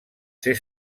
ser